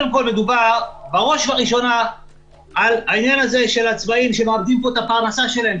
בראש ובראשונה מדובר על עצמאים שמאבדים את הפרנסה שלהם.